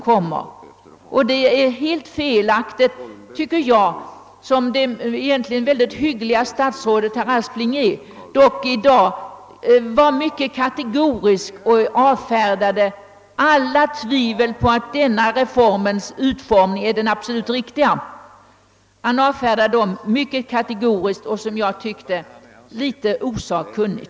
Därför är det enligt min mening helt felaktigt, att som statsrådet Aspling — som ju egentligen är en mycket hygglig man — kategoriskt avfärda alla tvivel på att utformningen av reformen är den absolut riktiga. Statsrådet Aspling var synnerligen kategorisk och föreföll som jag tycker, litet osakkunnig.